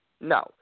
No